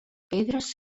pedres